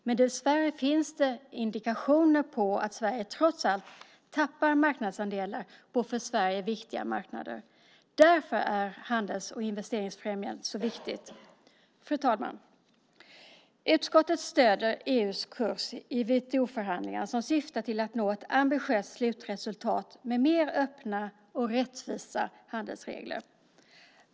Men dessvärre finns indikationer på att Sverige trots allt tappar marknadsandelar på för Sverige viktiga marknader. Därför är handels och investeringsfrämjandet så viktigt. Fru talman! Utskottet stöder EU:s kurs i WTO-förhandlingarna som syftar till att nå ett ambitiöst slutresultat med mer öppna och rättvisa handelsregler.